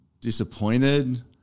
disappointed